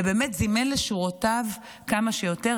ובאמת זימן לשורותיו כמה שיותר.